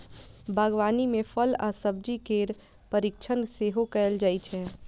बागवानी मे फल आ सब्जी केर परीरक्षण सेहो कैल जाइ छै